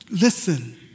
listen